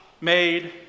made